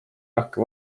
rakke